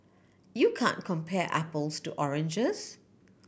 you can't compare apples to oranges